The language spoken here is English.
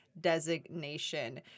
designation